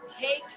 Take